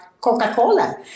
Coca-Cola